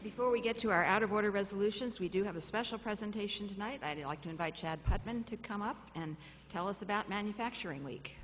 before we get to our out of order resolutions we do have a special presentation tonight i'd like to invite chad men to come up and tell us about manufacturing week